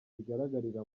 bigaragarira